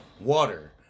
water